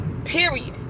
period